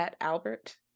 Albert